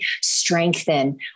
strengthen